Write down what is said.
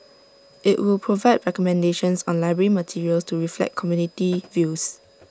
IT will provide recommendations on library materials to reflect community views